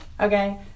Okay